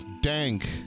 dank